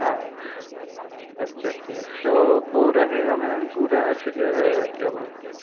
हाँ अच्छा अच्छा तो वो रहेगा मैम पूरा से क्या बोलते हैं